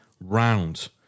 round